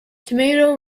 tomato